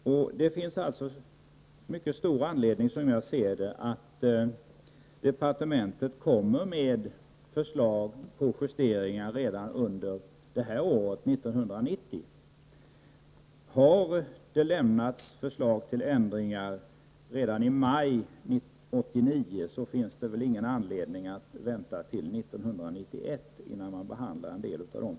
Som jag ser det finns det alltså mycket stor anledning för departementet att lägga fram förslag om justeringar redan i år. Om det har lämnats förslag till ändringar redan i maj 1989 finns det väl ingen anledning att vänta till 1991 innan man behandlar en del av dem.